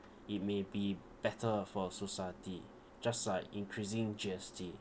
it may be better for society just like increasing G_S_T